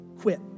quit